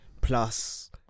plus